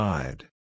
Side